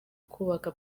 kubaka